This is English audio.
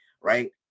Right